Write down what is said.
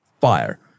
fire